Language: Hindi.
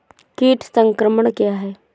कीट संक्रमण क्या है?